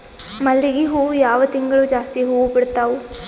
ಮಲ್ಲಿಗಿ ಹೂವು ಯಾವ ತಿಂಗಳು ಜಾಸ್ತಿ ಹೂವು ಬಿಡ್ತಾವು?